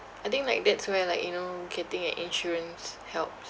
I think like that's where like you know getting an insurance helps